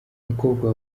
umukobwa